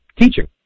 teaching